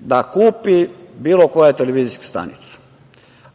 da kupi bilo koja televizijska stanica,